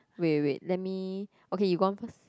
wait wait wait let me okay you go on first